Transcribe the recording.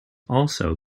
also